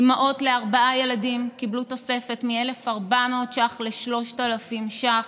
אימהות לארבעה ילדים קיבלו תוספת מ-1,400 ש"ח ל-3,000 ש"ח,